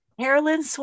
Carolyn